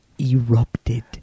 erupted